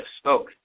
spoke